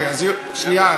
אז שנייה,